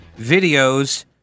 videos